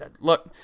look